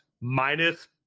minus